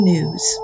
News